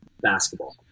basketball